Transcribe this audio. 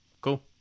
Cool